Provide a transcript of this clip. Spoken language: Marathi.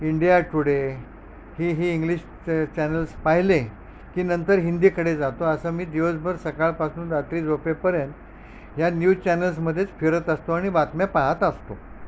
इंडिया टूडे हेही इंग्लिश चॅनल्स पाहिले की नंतर हिंदीकडे जातो असं मी दिवसभर सकाळपासून रात्री झोपेपर्यंत ह्या न्यूजचॅनल्समधेच फिरत असतो आणि बातम्या पाहत असतो